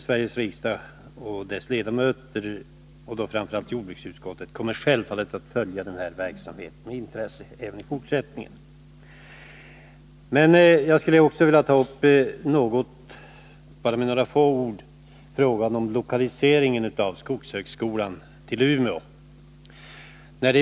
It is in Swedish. Sveriges riksdag och dess ledamöter — framför allt ledamöterna av jordbruksutskottet — kommer självfallet att följa verksamheten med intresse även i fortsättningen. Men jag skulle också med några få ord vilja gå in på lokaliseringen av skogshögskolan till Umeå.